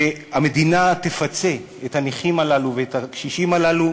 שהמדינה תפצה את הנכים הללו ואת הקשישים הללו